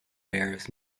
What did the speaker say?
bears